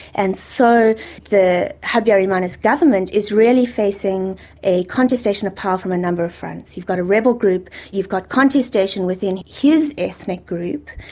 and so the habyarimana's government is really facing a contestation of power from a number of fronts. you've got a rebel group. you've got contestation within his ethnic group,